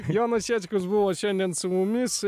jonas jackus buvo šiandien su mumis